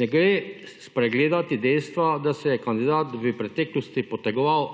Ne gre spregledati dejstva, da se je kandidat v preteklosti potegoval